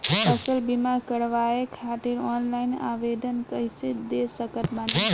फसल बीमा करवाए खातिर ऑनलाइन आवेदन कइसे दे सकत बानी?